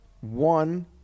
one